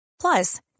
Plus